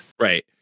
Right